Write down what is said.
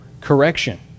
correction